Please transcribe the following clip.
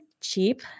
cheap